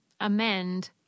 amend